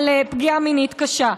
על פגיעה מינית קשה.